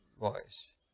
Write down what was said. voice